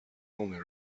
only